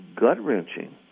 gut-wrenching